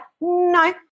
no